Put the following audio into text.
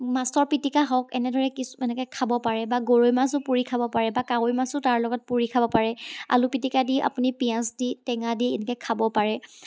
মাছৰ পিটিকা হওক এনেদৰে কিছু এনেকৈ খাব পাৰে বা গৰৈ মাছো পুৰি খাব পাৰে বা কাৱৈ মাছো তাৰ লগত পুৰি খাব পাৰে আলু পিটিকা দি আপুনি পিঁয়াজ দি টেঙা দি এনেকৈ খাব পাৰে